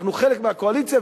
אנחנו חלק מהקואליציה,